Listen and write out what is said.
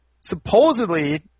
supposedly